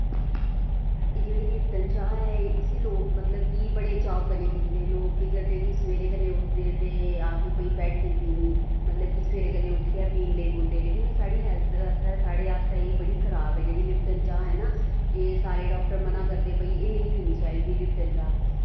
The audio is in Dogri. एह् जेह्ड़ी लिप्टन चा ऐ इस्सी लोक मतलब कि बड़े चाऽ कन्नै पींदे लोक केह् करदे कि सवेरे कन्नै उठदे ते आखदे भाई बैड्ड टी पीनी मतलब की सवेरे कन्नै उट्ठियै पीन लगी पौंदे लेकिन एह् साढ़ी हैल्थ आस्तै साढ़े आस्तै एह् बड़ी खराब ऐ जेह्ड़ी लिप्टन चाह् ऐ ना ए सारे डाक्टर मनाह् करदे भाई एह् नेईं पीनी चाहिदी लिप्टन चाह्